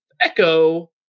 Echo